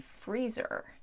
freezer